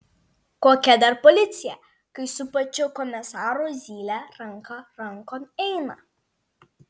kokia dar policija kai su pačiu komisaru zylė ranka rankon eina